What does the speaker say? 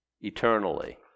eternally